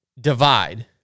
divide